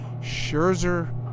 Scherzer